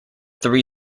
three